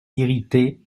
irrité